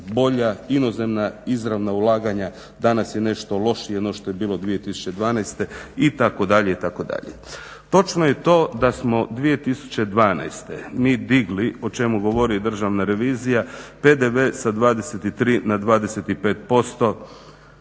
bolja, inozemna izravna ulaganja, danas je nešto lošije no što je bilo 2012., itd., itd. Točno je to da smo 2012. mi digli, o čemu govori državna revizija PDV sa 23% na 25%